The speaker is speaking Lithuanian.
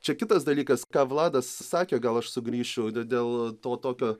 čia kitas dalykas ką vladas sakė gal aš sugrįšiu dėl to tokio